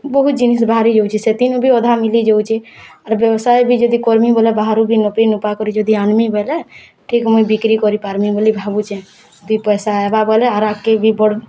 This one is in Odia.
ବହୁତ୍ ଜିନିଷ୍ ବାହାରି ଯାଉଛି ସେଥିର୍ ନୁ ଅଧା ମିଳିଯାଉଛେ ଆର୍ ବ୍ୟବସାୟ ବି ଯଦି କର୍ମି ବୋଲେ ବାହାରୁ ବି ନୁପି ନୁପା କରି ଆନ୍ବି ବୋଲେ ଠିକ୍ ମୁହିଁ ବିକିର୍ କରିପାର୍ମି ବୋଲେ ଭାବୁଚେ ଦି ପଇସା ହେବା ବୋଲେ